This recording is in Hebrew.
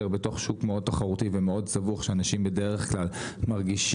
בתוך שוק מאוד תחרותי ומאוד סבוך שאנשים בדרך כלל מרגישים,